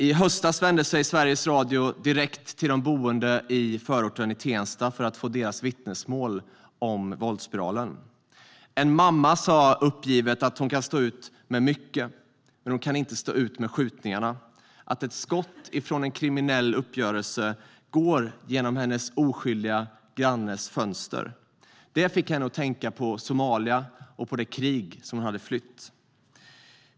I höstas vände sig Sveriges Radio direkt till de boende i förorten Tensta för att få deras vittnesmål om våldsspiralen. En mamma sa uppgivet att hon kan stå ut med mycket, men hon kan inte stå ut med skjutningarna - att ett skott från en kriminell uppgörelse går genom hennes oskyldiga grannes fönster. Det fick henne att tänka på Somalia och på det krig hon hade flytt.